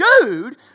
dude